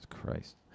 Christ